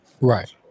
Right